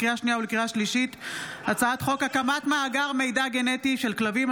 לקריאה שנייה ולקריאה שלישית: הצעת חוק הקמת מאגר מידע גנטי של כלבים,